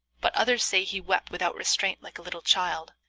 but others say he wept without restraint like a little child,